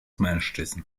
mężczyzn